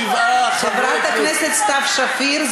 חברת הכנסת סתיו שפיר,